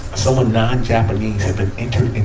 someone non-japanese had been entered